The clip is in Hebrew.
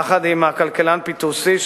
יחד עם הכלכלן פיטוסי,